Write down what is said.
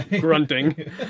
grunting